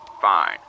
Fine